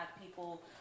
people